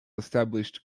established